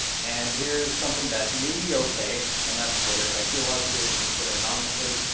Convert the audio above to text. and here's something that's maybe okay, and that's twitter. i see a lot of people using twitter anonymously.